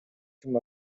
ким